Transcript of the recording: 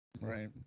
Right